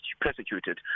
prosecuted